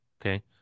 Okay